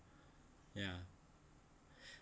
ya